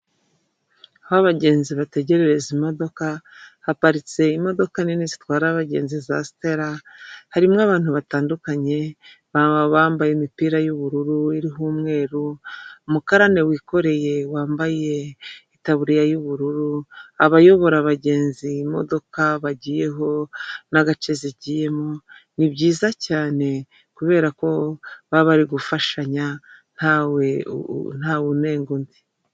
Aho abagenzi bategereza imodoka haparitse imodoka nini zitwara abagenzi za sitera harimo abantu batandukanye bambaye imipira y'ubururu iriho umweru. Umukarani wikoreye wambaye itaburiya y'ubururu ,abayobora abagenzi imodoka bagiyeho n'agace zigiyemo ni byiza cyane kubera ko baba bari gufashanya ntawe ntawunenga undi.